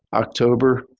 october.